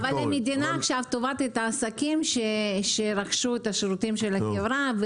אבל המדינה עכשיו תובעת את העסקים שרכשו את שירותי החברה.